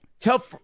Tell